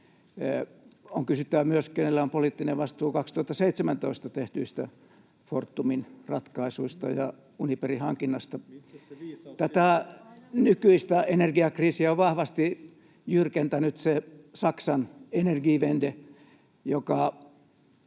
On kysyttävä myös, kenellä on poliittinen vastuu 2017 tehdyistä Fortumin ratkaisuista ja Uniperin hankinnasta. Tätä nykyistä energiakriisiä on vahvasti jyrkentänyt se Saksan energiewende, joka